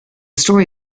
story